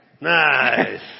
Nice